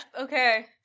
Okay